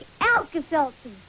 Alka-Seltzer